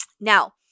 Now